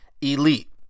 Elite